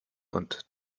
und